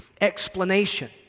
explanation